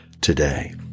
today